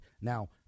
Now